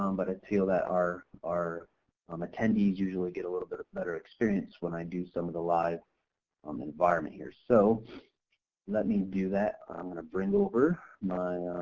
um but i and feel that our our um attendees usually get a little bit better experience when i do some of the live um environment here so let me do that. i'm going to bring over my